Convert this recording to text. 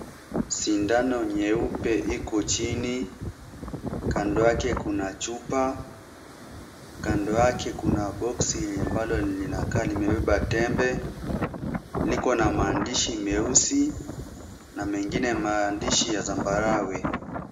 Sindano nyeupe iko chini, kando yake kuna chupa, kando yake kuna boksi lenye ambalo linaonekana limebeba tembe, liko na maandishi meusi na mengine maandishi ya zambarau.